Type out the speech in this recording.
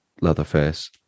Leatherface